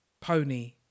pony